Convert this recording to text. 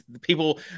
people